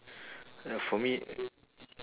ya for me